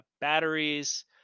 batteries